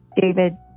David